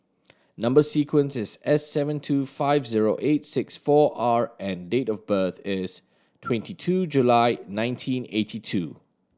number sequence is S seven two five zero eight six four R and date of birth is twenty two July nineteen eighty two